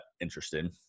interesting